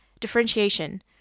Differentiation